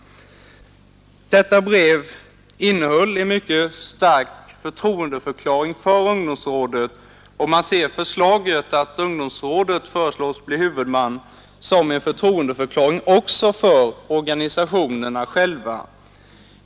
Detta brev innehåller en mycket stark förtroendeförklaring för ungdomsrådet, och man ser förslaget om ungdomsrådet som huvudman som en förtroendeförklaring också för organisationerna själva.